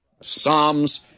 Psalms